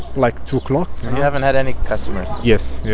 like two o'clock? and you haven't had any customers? yes, yeah.